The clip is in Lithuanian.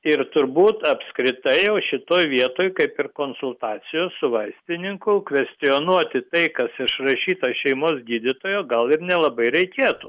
ir turbūt apskritai jau šitoj vietoj kaip ir konsultacijų su vaistininku kvestionuoti tai kas išrašyta šeimos gydytojo gal ir nelabai reikėtų